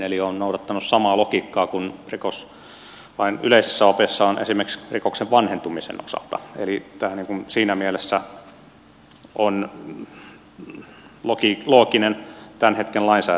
eli olen noudattanut samaa logiikkaa kuin rikoslain yleisissä opeissa on esimerkiksi rikoksen vanhentumisen osalta eli tämähän siinä mielessä on looginen tämän hetken lainsäädännön mukaan